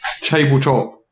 tabletop